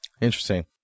Interesting